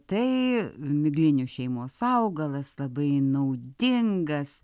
tai miglinių šeimos augalas labai naudingas